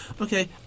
Okay